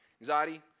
anxiety